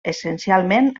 essencialment